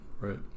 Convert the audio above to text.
right